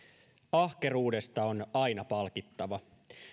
ahkeruudesta on aina palkittava